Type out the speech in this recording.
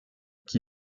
qui